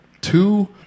two